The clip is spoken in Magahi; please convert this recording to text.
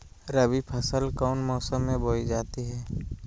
रबी फसल कौन मौसम में बोई जाती है?